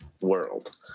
world